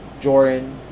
Jordan